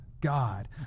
God